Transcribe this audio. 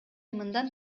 мындан